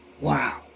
Wow